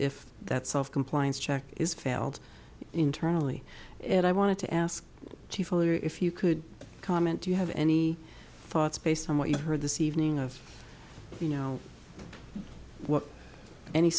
if that self compliance check is failed internally and i wanted to ask if you could comment do you have any thoughts based on what you've heard this evening of you know what any